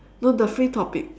no the free topic